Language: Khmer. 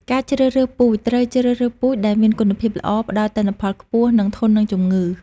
ការជ្រើសរើសពូជ ត្រូវជ្រើសរើសពូជដែលមានគុណភាពល្អ ផ្តល់ទិន្នផលខ្ពស់ និងធន់នឹងជំងឺ។